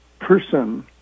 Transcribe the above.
person